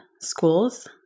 schools